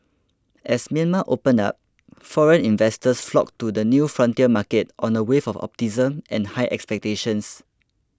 as Myanmar opened up foreign investors flocked to the new frontier market on a wave of optimism and high expectations